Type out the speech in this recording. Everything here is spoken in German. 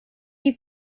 die